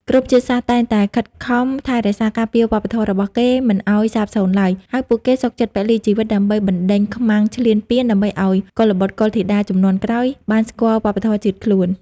គ្រប់ជាតិសាសន៍តែងតែខិតខំថែរក្សាការពារវប្បធម៌របស់គេមិនឱ្យសាបសូន្យឡើយ ហើយពួកគេសុខចិត្តពលីជីវិតដើម្បីបណ្តេញខ្មាំងឈ្លានពាន ដើម្បីឱ្យកុលបុត្រកុលធីតាជំនាន់ក្រោយបានស្គាល់វប្បធម៌ជាតិខ្លួន។